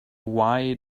why